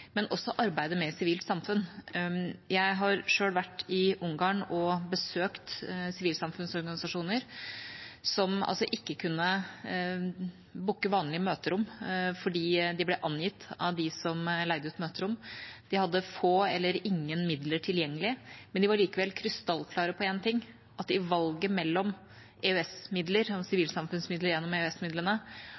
også i arbeidet med sivilt samfunn. Jeg har selv vært i Ungarn og besøkt sivilsamfunnsorganisasjoner som ikke kunne booke vanlige møterom fordi de ble angitt av dem som leide dem ut. De hadde få eller ingen midler tilgjengelig, men de var likevel krystallklare på én ting: at i valget mellom sivilsamfunnsmidler gjennom EØS-midlene og